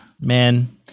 man